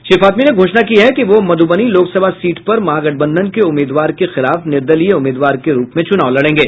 श्री फातमी ने घोषणा की है कि वह मधुबनी लोकसभा सीट पर महागठबंधन के उमीदवार के खिलाफ निर्दलीय उम्मीदवार के रूप में चुनाव लड़ेंगे